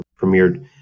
premiered